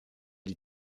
die